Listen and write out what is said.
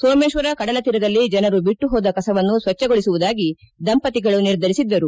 ಸೋಮೇಶ್ವರ ಕಡಲತೀರದಲ್ಲಿ ಜನರು ಬಿಟ್ಟು ಹೋದ ಕಸವನ್ನು ಸ್ಲಭ್ಲಗೊಳಿಸುವುದಾಗಿ ದಂಪತಿಗಳು ನಿರ್ಧರಿಸಿದ್ದರು